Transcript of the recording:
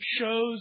shows